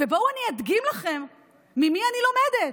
אני אדגים לכם ממי אני לומדת: